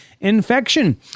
infection